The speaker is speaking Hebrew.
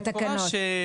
במפורש,